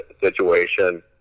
situation